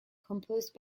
composed